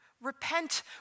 repent